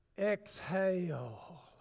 Exhale